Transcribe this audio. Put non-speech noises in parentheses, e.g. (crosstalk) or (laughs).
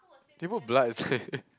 they put blood inside (laughs)